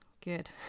good